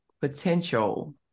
potential